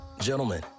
Gentlemen